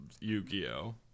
Yu-Gi-Oh